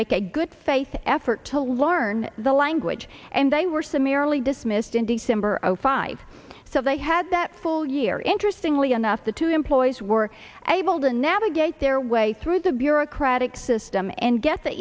make a good faith effort to learn the language and they were summarily dismissed in december of zero five so they had that full year interestingly enough the two employees were able to navigate their way through the bureaucratic system and get the